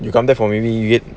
you can't get from any yet